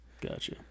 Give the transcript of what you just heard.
Gotcha